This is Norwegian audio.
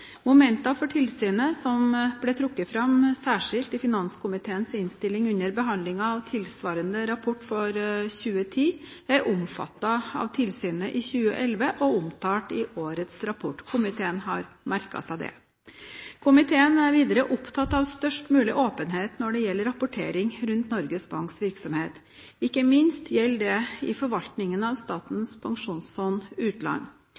Momenter for tilsynet som ble trukket fram særskilt i finanskomiteens innstilling under behandling av tilsvarende rapport for 2010, er omfattet av tilsynet i 2011 og omtalt i årets rapport. Komiteen har merket seg det. Komiteen er videre opptatt av størst mulig åpenhet når det gjelder rapportering rundt Norges Banks virksomhet. Ikke minst gjelder dette i forvaltningen av Statens pensjonsfond utland,